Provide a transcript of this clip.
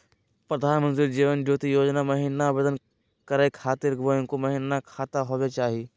प्रधानमंत्री जीवन ज्योति योजना महिना आवेदन करै खातिर बैंको महिना खाता होवे चाही?